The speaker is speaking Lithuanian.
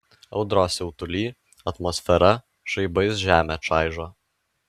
audros siutuly atmosfera žaibais žemę čaižo